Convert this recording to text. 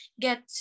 get